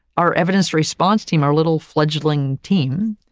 our evidence response team, our little fledgling team,